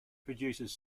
produces